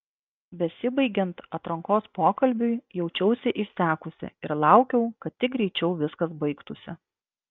besibaigiant atrankos pokalbiui jaučiausi išsekusi ir laukiau kad tik greičiau viskas baigtųsi